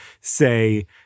say